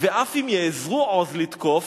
"ואף אם יאזרו עוז לתקוף"